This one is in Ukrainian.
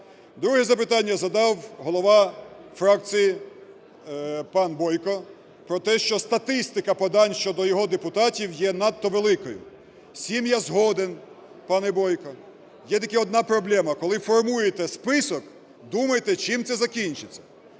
Друге запитання задав голова фракції, пан Бойко, про те, що статистика подань щодо його депутатів є надто великою. З цим я згоден, пане Бойко. Є тільки одна проблема. Коли формуєте список, думайте, чим це закінчиться.